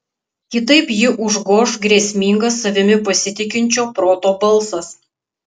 kitaip jį užgoš grėsmingas savimi pasitikinčio proto balsas